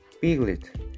Piglet